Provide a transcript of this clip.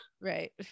right